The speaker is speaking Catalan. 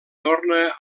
torna